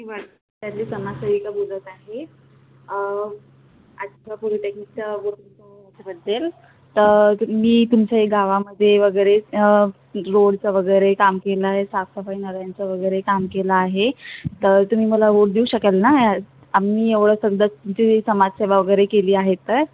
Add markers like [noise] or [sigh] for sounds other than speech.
मी वर् वर्ध्याची समाजसेविका बोलत आहे आजच्या पाॅलिटेक्निकच्या [unintelligible] बद्दल तुम्ही तुमच्या गावामध्ये वगैरे रोडचं वगैरे काम केलं आहे साफसफाई करायचं वगैरे काम केलं आहे तर तुम्ही मला वोट देऊ शकाल ना आम्ही एवढं समजा तुमची जी समाजसेवा वगैरे केली आहे तर